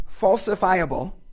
falsifiable